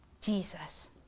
Jesus